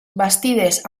bastides